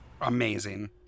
Amazing